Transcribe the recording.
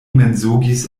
mensogis